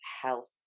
health